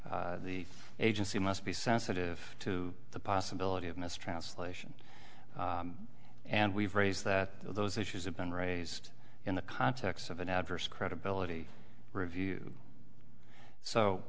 the agency must be sensitive to the possibility of mistranslation and we've raised that those issues have been raised in the context of an adverse credibility review